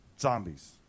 zombies